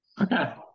okay